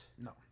No